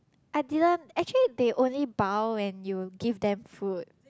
I didn't actually they only bow when you give them food